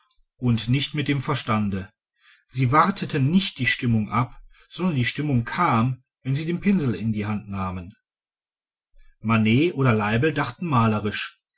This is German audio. und nicht mit dem verstande sie warteten nicht die stimmung ab sondern die stimmung kam wenn sie den pinsel in die hand nahmen manet oder leibl dachten malerisch